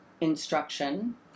instruction